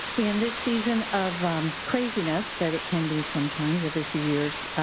in this season of craziness that it can be sometimes every few years,